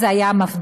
אז זה היה המפד"ל,